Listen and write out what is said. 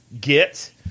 get